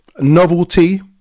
novelty